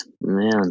Man